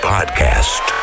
Podcast